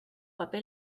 paper